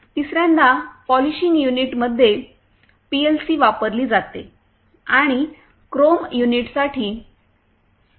तिसर्यांदा polishing युनिटमध्ये PLC वापरली जाते आणि क्रोम युनिटसाठी किती टक्के आवश्यक आहे